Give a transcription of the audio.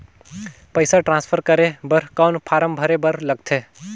पईसा ट्रांसफर करे बर कौन फारम भरे बर लगथे?